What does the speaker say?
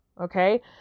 Okay